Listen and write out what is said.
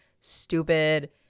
stupid